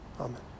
Amen